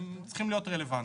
הם צריכים להיות רלוונטיים.